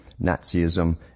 Nazism